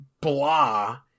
blah